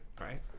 right